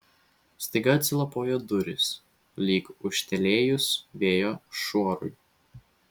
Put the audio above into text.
staiga atsilapojo durys lyg ūžtelėjus vėjo šuorui